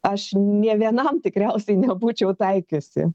aš nė vienam tikriausiai nebūčiau taikiusi